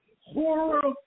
horror